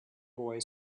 boy